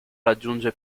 raggiunge